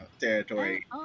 territory